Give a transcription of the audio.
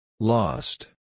Lost